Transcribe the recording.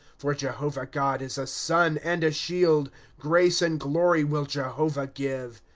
for jehovah god is a sun and a shield grace and glory will jehovah give.